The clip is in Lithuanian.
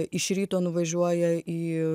iš ryto nuvažiuoja į